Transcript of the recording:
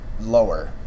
lower